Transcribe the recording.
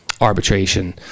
Arbitration